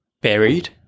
buried